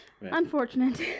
unfortunate